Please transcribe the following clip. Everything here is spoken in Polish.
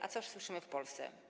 A co słyszymy w Polsce?